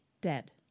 dead